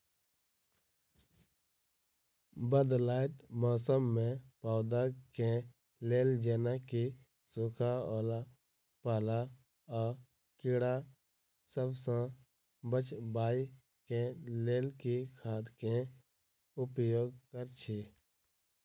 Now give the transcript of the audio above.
बदलैत मौसम मे पौधा केँ लेल जेना की सुखा, ओला पाला, आ कीड़ा सबसँ बचबई केँ लेल केँ खाद केँ उपयोग करऽ छी?